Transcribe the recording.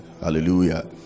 hallelujah